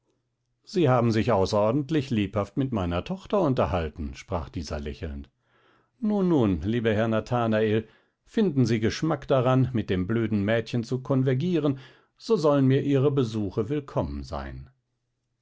sie haben sich außerordentlich lebhaft mit meiner tochter unterhalten sprach dieser lächelnd nun nun lieber herr nathanael finden sie geschmack daran mit dem blöden mädchen zu konvergieren so sollen mir ihre besuche willkommen sein